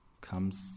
comes